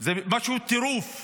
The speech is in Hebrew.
זה פשוט טירוף: